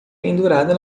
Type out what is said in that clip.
pendurada